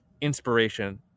inspiration